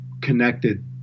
connected